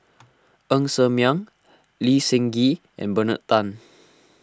Ng Ser Miang Lee Seng Gee and Bernard Tan